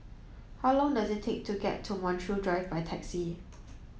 how long does it take to get to Montreal Drive by taxi